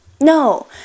No